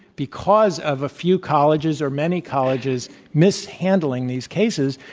because of a few colleges, or many colleges mishandling these cases,